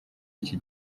iki